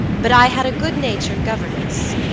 but i had a good-natured governess,